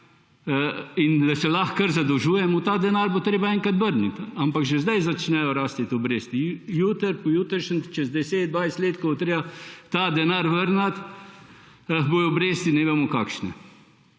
da se lahko kar zadolžujemo? Ta denar bo treba enkrat vrniti. Ampak že zdaj začnejo rasti obresti. Jutri, pojutrišnjem, čez 10, 20 let, ko bo treba ta denar vrniti, bodo bresti ne vemo kakšne